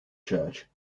church